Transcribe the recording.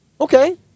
Okay